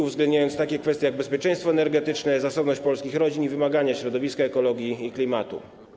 uwzględniając takie kwestie jak bezpieczeństwo energetyczne, zasobność polskich rodzin i wymagania środowiska, ekologii i klimatu.